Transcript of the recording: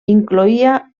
incloïa